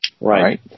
right